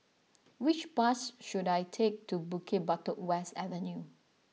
which bus should I take to Bukit Batok West Avenue